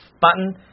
button